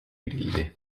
grilli